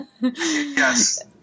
Yes